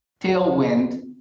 tailwind